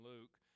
Luke